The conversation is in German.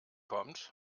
kommt